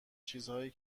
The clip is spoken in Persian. چیزهایی